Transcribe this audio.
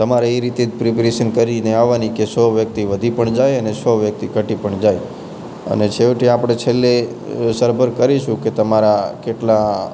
તમારે એ રીતે જ પ્રિપરેશન કરીને આવવાની કે સો વ્યક્તિ વધી પણ જાય અને સો વ્યક્તિ ઘટી પણ જાય અને છેવટે આપણે છેલ્લે સરભર કરીશું કે તમારા કેટલા